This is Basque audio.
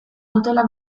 dutela